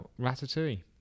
Ratatouille